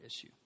issue